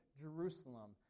Jerusalem